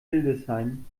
hildesheim